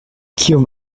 kiom